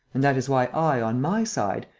and that is why i, on my side,